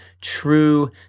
true